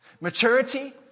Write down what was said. Maturity